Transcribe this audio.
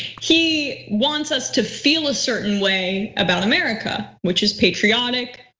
he wants us to feel a certain way about america. which is patriotic,